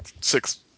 six